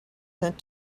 sent